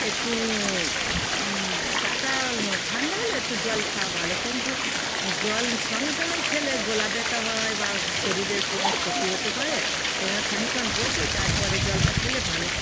একটু গাটা ঠান্ডা হলে একটু জল খাওয়া ভালো কিন্তু জল সঙ্গে সঙ্গে খেলে গলা ব্যথা হয় বা শরীরের কোনো ক্ষতি হতে পারে সেজন্য খানিকক্ষণ বসে তারপরে জলটা খেলে ভালো